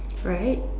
right